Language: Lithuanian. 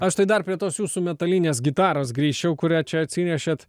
aš tai dar prie tos jūsų metalinės gitaros greičiau kurią čia atsinešėt